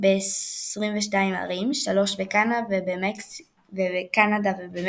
ב-22 ערים, 3 בקנדה ובמקסיקו